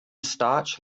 starch